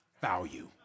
value